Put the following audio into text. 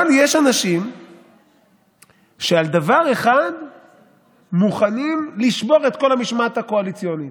אבל יש אנשים שעל דבר אחד מוכנים לשבור את כל המשמעת הקואליציונית,